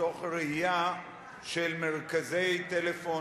מתוך ראייה של מרכזי טלפון,